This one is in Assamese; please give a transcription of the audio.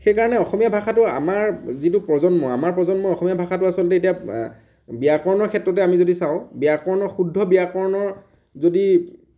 সেইকাৰণে অসমীয়া ভাষাটো আমাৰ যিটো প্ৰজন্ম আমাৰ প্ৰজন্মই অসমীয়া ভাষাটো আচলতে এতিয়া ব্য়াকৰণৰ ক্ষেত্ৰতে আমি যদি চাওঁ ব্য়াকৰণৰ শুদ্ধ ব্য়াকৰণৰ যদি